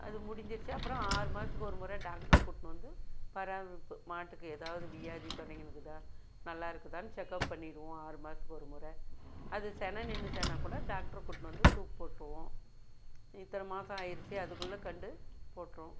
அது முடிஞ்சிருச்சு அப்புறம் ஆறு மாதத்துக்கு ஒரு முறை டாக்டரு கூட்டினு வந்து பாரமரிப்பு மாட்டுக்கு எதாவது வியாதி தொடங்கினுக்குதா நல்லா இருக்குதானு செக்கப் பண்ணிடுவோம் ஆறு மாதத்துக்கு ஒரு முறை அது செனை நின்னுச்சினாக்கூட டாக்டரை கூட்டினு வந்து தூக்குப் போட்டுடுவோம் இத்தனை மாதம் ஆயிருச்சு அதுக்குள்ள கன்று போட்டுரும்